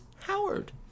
Howard